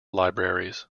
libraries